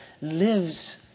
lives